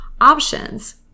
options